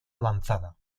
avanzada